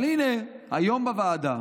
אבל הינה, היום בוועדה